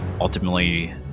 ultimately